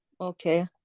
Okay